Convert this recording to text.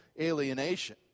alienation